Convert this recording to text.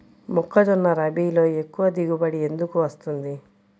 మొక్కజొన్న రబీలో ఎక్కువ దిగుబడి ఎందుకు వస్తుంది?